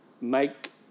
make